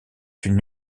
une